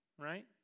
right